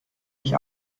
nicht